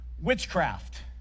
witchcraft